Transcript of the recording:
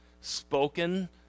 spoken